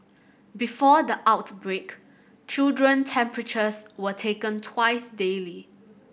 before the outbreak children temperatures were taken twice daily